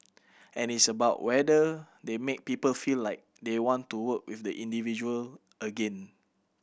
and it's about whether they make people feel like they want to work with the individual again